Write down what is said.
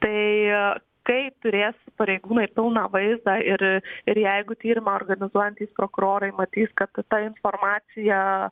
tai kai turės pareigūnai pilną vaizdą ir ir ir jeigu tyrimą organizuojantys prokurorai matys kad ta informacija